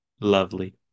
Lovely